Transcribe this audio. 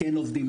כן עובדים,